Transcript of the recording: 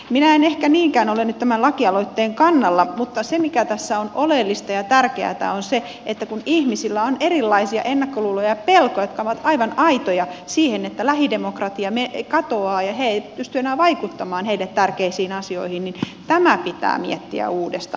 minä en ehkä niinkään ole nyt tämän lakialoitteen kannalla mutta se mikä tässä on oleellista ja tärkeätä on se että kun ihmisillä on erilaisia ennakkoluuloja ja pelkoja jotka ovat aivan aitoja siitä että lähidemokratia katoaa ja he eivät pysty enää vaikuttamaan heille tärkeisiin asioihin niin tämä pitää miettiä uudestaan